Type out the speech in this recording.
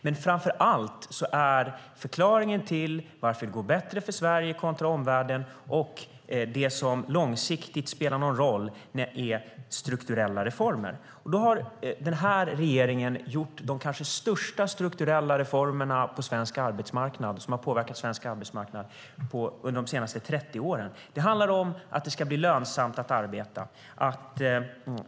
Men det som långsiktigt spelar roll och är den främsta förklaringen till att det går bättre för Sverige kontra omvärlden är strukturella reformer, och den här regeringen har kanske gjort de strukturella reformer som påverkat svensk arbetsmarknad allra mest under de senaste 30 åren. Det handlar om att det ska bli lönsamt att arbeta.